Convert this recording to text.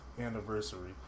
anniversary